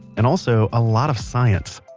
and also a lot of science.